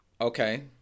okay